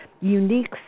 unique